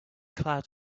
cloud